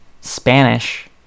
Spanish